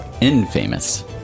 infamous